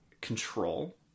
control